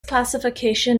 classification